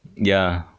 ya